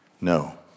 No